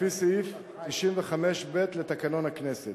לפי סעיף 95(ב) לתקנון הכנסת.